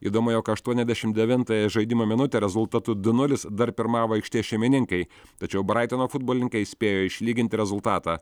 įdomu jog aštuoniasdešim devintąją žaidimo minutę rezultatu du nulis dar pirmavo aikštės šeimininkai tačiau braitono futbolininkai spėjo išlyginti rezultatą